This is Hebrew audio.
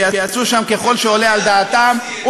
שיעשו שם ככל שעולה על דעתם,